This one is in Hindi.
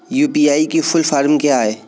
यू.पी.आई की फुल फॉर्म क्या है?